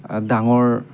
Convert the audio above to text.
ডাঙৰ